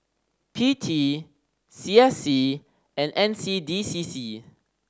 P T C S C and N C D C C